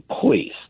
please